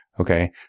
Okay